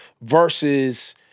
versus-